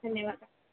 धन्यवादः